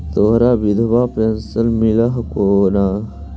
तोहरा विधवा पेन्शन मिलहको ने?